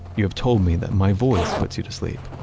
you have told me that my voice puts you to sleep,